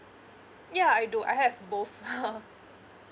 yeah I do I have both